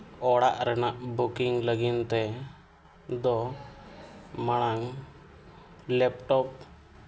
ᱚᱲᱟᱜ ᱨᱮᱱᱟᱜ ᱵᱩᱠᱤᱝ ᱞᱟᱹᱜᱤᱫ ᱛᱮ ᱫᱚ ᱢᱟᱲᱟᱝ ᱞᱮᱯᱴᱚᱯ